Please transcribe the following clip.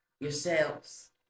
yourselves